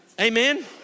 Amen